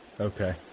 Okay